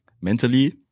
Mentally